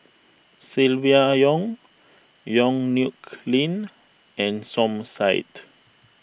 Silvia Yong Yong Nyuk Lin and Som Said